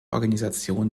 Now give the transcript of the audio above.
organisation